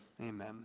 amen